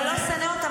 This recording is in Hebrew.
אם אתה לא שונא אותם,